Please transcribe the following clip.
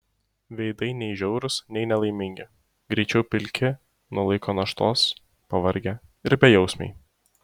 veidai nei žiaurūs nei nelaimingi greičiau pilki nuo laiko naštos pavargę ir bejausmiai